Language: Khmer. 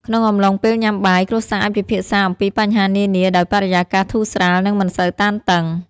ក្នុងអំឡុងពេលញ៉ាំបាយ គ្រួសារអាចពិភាក្សាអំពីបញ្ហានានាដោយបរិយាកាសធូរស្រាល និងមិនសូវតានតឹង។